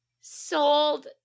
sold